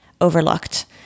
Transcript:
overlooked